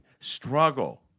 struggle